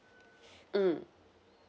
mm